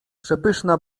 przepyszna